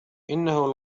إنه